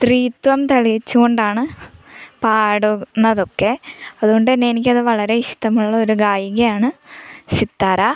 സ്ത്രീത്വം തെളിയിച്ച് കൊണ്ടാണ് പാടുന്നതൊക്കെ അതുകൊണ്ട് തന്നെ എനിക്കത് വളരെ ഇഷ്ടമുള്ള ഒരു ഗായികയാണ് സിത്താര